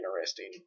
interesting